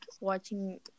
watching